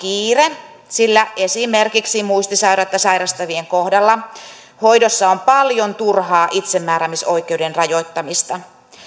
kiire sillä esimerkiksi muistisairautta sairastavien kohdalla hoidossa on paljon turhaa itsemääräämisoikeuden rajoittamista